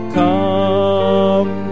come